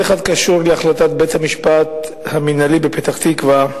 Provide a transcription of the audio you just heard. אחד להחלטת בית-המשפט המינהלי בפתח-תקווה,